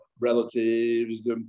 relatives